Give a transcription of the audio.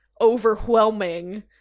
overwhelming